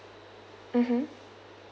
mmhmm